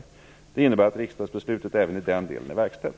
Detta innebär att riksdagsbeslutet även i denna del är verkställt.